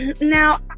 Now